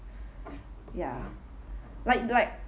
ya like like